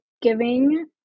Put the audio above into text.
giving